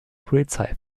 polizei